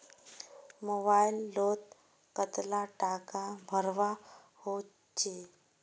Mobile लोत कतला टाका भरवा होचे?